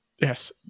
Yes